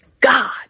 God